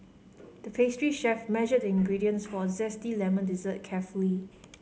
the pastry chef measured the ingredients for a zesty lemon dessert carefully